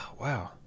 Wow